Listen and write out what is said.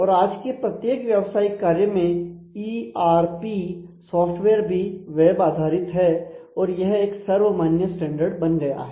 और आज के प्रत्येक व्यवसायिक कार्य में ईआरपी सॉफ्टवेयर भी वेब आधारित है और यह एक सर्वमान्य स्टैंडर्ड बन गया है